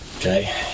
Okay